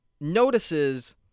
notices